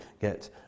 get